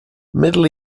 middle